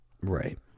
Right